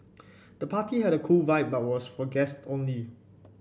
the party had a cool vibe but was for guests only